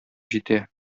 җитә